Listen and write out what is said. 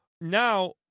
now